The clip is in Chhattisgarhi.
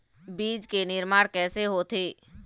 बीज के निर्माण कैसे होथे?